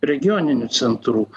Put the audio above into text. regioninių centrų